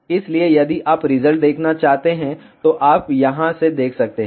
इसलिए यदि आप रिजल्ट देखना चाहते हैं तो आप यहां से देख सकते हैं